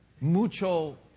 Mucho